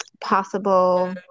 possible